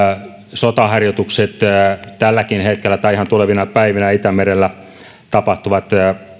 sotaharjoitukset tälläkin hetkellä tai ihan tulevina päivinä itämerellä tapahtuvat